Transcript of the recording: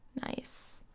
nice